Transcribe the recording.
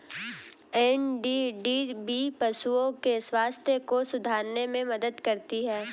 NDDB पशुओं के स्वास्थ्य को सुधारने में मदद करती है